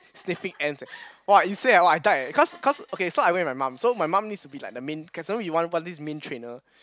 sniffing ants eh !wah! insane eh !wah! I died eh cause cause okay so I went with my mum so my mum needs to be like the main can some more they want want this main trainer